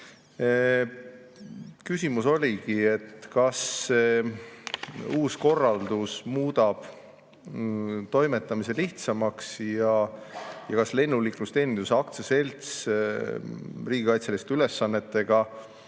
oligi, kas uus korraldus muudab toimetamise lihtsamaks ja kas Lennuliiklusteeninduse Aktsiaselts riigikaitselisi ülesandeid